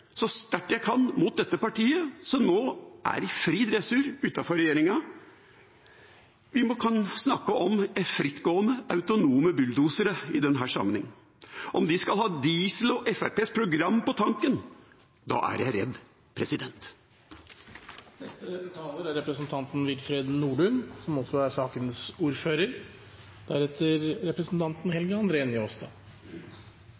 så sterkt jeg kan mot dette partiet som nå er i fri dressur utenfor regjeringa. Vi kan snakke om frittgående autonome bulldosere i denne sammenhengen. Om de skal ha diesel og Fremskrittspartiets program på tanken, da er jeg redd! Jeg tok ordet igjen, jeg skulle kanskje ha gjort det litt tidligere, for å bidra til en avklaring om hva som egentlig er